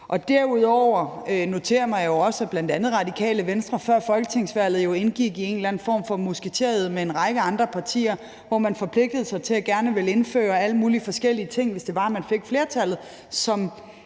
Derudover noterer jeg mig jo også, at bl.a. Radikale Venstre før folketingsvalget jo indgik en eller anden form for musketered med en række andre partier, hvor man forpligtede sig til og gerne ville indføre alle mulige forskellige ting, hvis det var, at man fik flertallet –